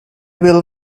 will